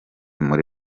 muri